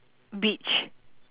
beach